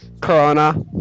Corona